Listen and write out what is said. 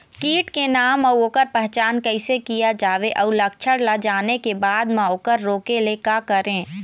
कीट के नाम अउ ओकर पहचान कैसे किया जावे अउ लक्षण ला जाने के बाद मा ओकर रोके ले का करें?